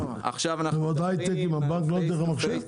מה, בהייטק עם הבנק לא דרך המחשב?